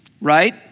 right